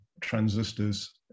transistors